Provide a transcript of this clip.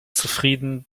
zufrieden